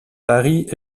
paris